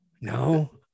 No